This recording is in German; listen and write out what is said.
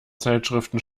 zeitschriften